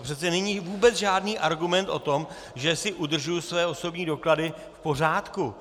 To přece není vůbec žádný argument o tom, že si udržuji své osobní doklady v pořádku.